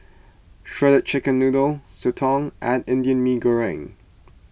Shredded Chicken Noodles Soto and Indian Mee Goreng